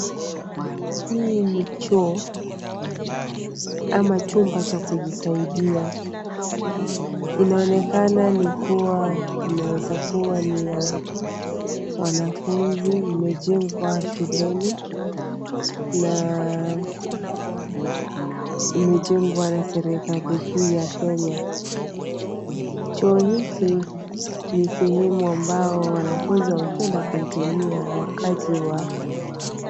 Hii ni choo ama chumba cha kujisaidia, inaonekana ni kuwa inaweza kuwa ni ya wanafunzi. Imejengwa shuleni na imejengwa na serikali kuu ya kenya. Choo hiki ni sehemu ambayo wanafunzi wanapenda kuitumia wakati wa...